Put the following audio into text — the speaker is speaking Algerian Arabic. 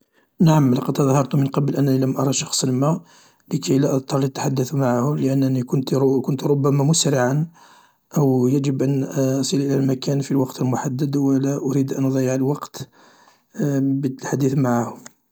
نعم لقد تظاهرت من قبل أنني لأم أرى شخصا ما لكي لا أضطر للتحدث معه لأنني كنت كنت ربما مسرعا أو يجب أن أصل الى المكان في الوقت المحدد و لا أريد أن أضيع الوقت بالتحديث معه.